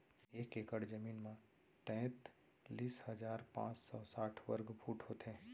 एक एकड़ जमीन मा तैतलीस हजार पाँच सौ साठ वर्ग फुट होथे